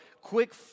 quick